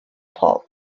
paul